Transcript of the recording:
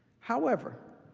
however,